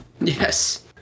yes